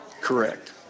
Correct